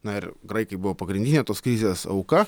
na ir graikai buvo pagrindinė tos krizės auka